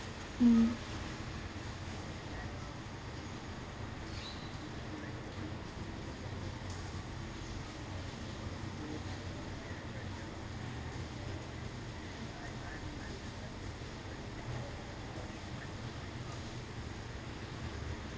mm